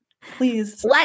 please